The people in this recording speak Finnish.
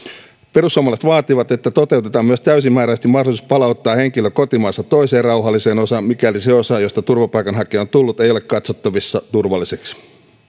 perussuomalaiset vaativat että toteutetaan myös täysimääräisesti mahdollisuus palauttaa henkilö kotimaansa toiseen rauhalliseen osaan mikäli se osa josta turvapaikanhakija on tullut ei ole katsottavissa turvalliseksi